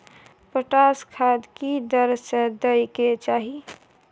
Potash खाद की दर से दै के चाही?